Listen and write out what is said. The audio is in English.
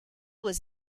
was